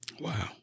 Wow